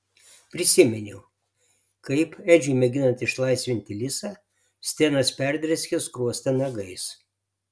prisiminiau kaip edžiui mėginant išlaisvinti lisą stenas perdrėskė skruostą nagais